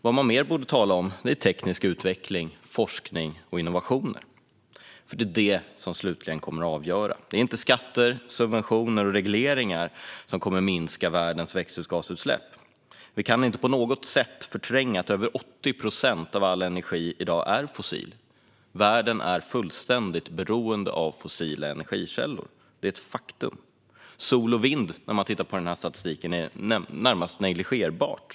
Vad man borde tala mer om är teknisk utveckling, forskning och innovationer. Det är detta som slutligen kommer att avgöra. Det är inte skatter, subventioner och regleringar som kommer att minska världens växthusgasutsläpp. Vi kan inte på något sätt förtränga att över 80 procent av all energi i dag är fossil. Världen är fullständigt beroende av fossila energikällor - det är ett faktum. När man tittar på statistiken ser man att sol och vind är närmast negligerbara.